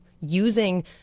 using